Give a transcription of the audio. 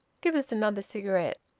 give us another cigarette.